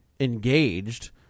engaged